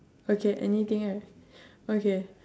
okay anything right okay